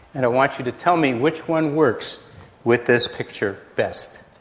and i want you to tell me which one works with this picture best.